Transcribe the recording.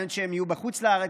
בין שהם יהיו בחוץ לארץ,